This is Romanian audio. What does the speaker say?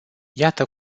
iată